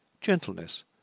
gentleness